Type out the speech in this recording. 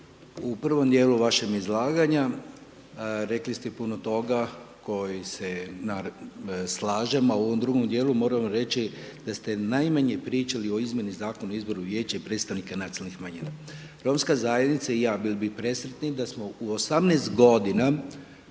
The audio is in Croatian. u prvom djelu vašeg izlaganja rekli ste puno toga koji se slažem a u ovom drugom djelu, moram vam reći da ste najmanje pričali o izmjeni Zakona o izboru vijeća i predstavnika nacionalnih manjina. Romska zajednica i ja bili bi presretni da smo u 18 g.